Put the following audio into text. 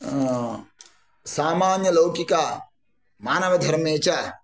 सामान्यलौकिकमानवधर्मे च